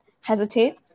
hesitate